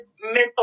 mental